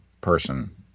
person